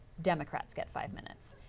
democrats get five minutes.